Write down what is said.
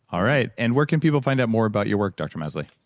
all right. and where can people find out more about your work, dr. masley?